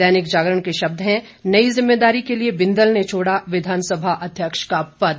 दैनिक जागरण के शब्द हैं नई जिम्मेदारी के लिए बिंदल ने छोड़ा विधानसभा अध्यक्ष का पद